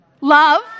Love